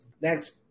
Next